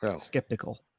skeptical